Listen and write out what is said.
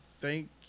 Thank